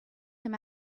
him